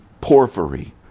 porphyry